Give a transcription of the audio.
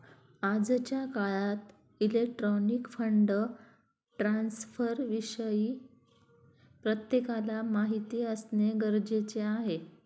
आजच्या काळात electronic fund ट्रान्स्फरविषयी प्रत्येकाला माहिती असणे गरजेचे आहे